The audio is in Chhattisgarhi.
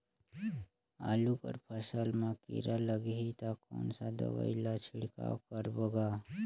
आलू कर फसल मा कीरा लगही ता कौन सा दवाई ला छिड़काव करबो गा?